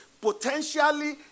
potentially